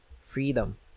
freedom